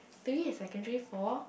during the secondary four